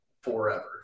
forever